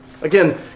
again